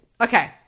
Okay